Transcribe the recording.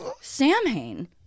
Samhain